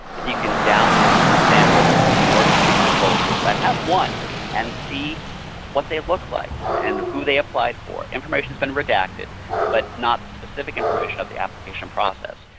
then you can download some samples of award-winning proposals that have won and see what they look like and who they applied for. information has been redacted but not the specific information about the application process.